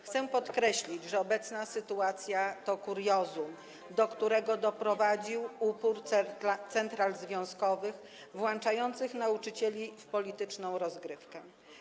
Chcę podkreślić, że obecna sytuacja to kuriozum, do którego doprowadził upór central związkowych włączających nauczycieli w polityczną rozgrywkę.